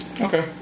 Okay